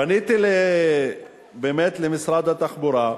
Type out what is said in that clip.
פניתי, באמת, למשרד התחבורה.